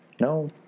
no